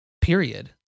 period